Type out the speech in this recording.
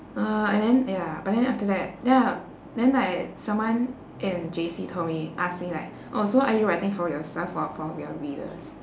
uh and then ya but then after that ya then like someone in J_C told me asked me like oh so are you writing for yourself or for your readers